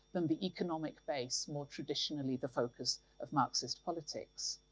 than the economic base more traditionally the focus of marxist politics.